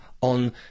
on